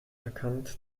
erkannt